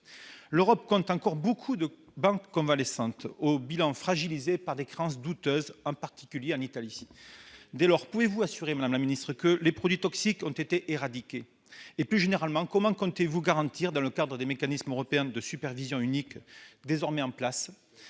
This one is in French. L'Europe compte encore beaucoup de banques convalescentes, au bilan fragilisé par des créances douteuses. C'est notamment le cas en Italie. Dès lors, madame la secrétaire d'État, pouvez-vous assurer que les produits toxiques ont été éradiqués ? Plus généralement, comment comptez-vous garantir, dans le cadre du mécanisme européen de supervision unique désormais en place,